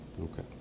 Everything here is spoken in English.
Okay